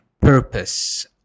purpose